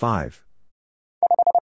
Five